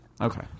okay